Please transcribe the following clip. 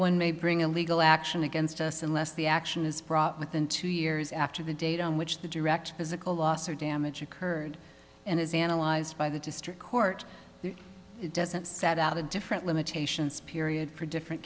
one may bring a legal action against us unless the action is fraught with and two years after the date on which the direct physical loss or damage occurred and is analyzed by the district court it doesn't set out a different limitations period for different